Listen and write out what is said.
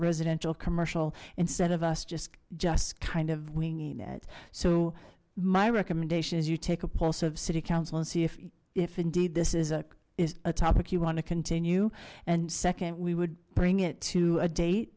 residentialcommercial instead of us just just kind of winging it so my recommendation is you take a pulse of city council and see if if indeed this is a is a topic you want to continue and second we would bring it to a date